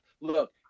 look